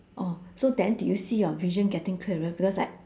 oh so then did you see your vision getting clearer because like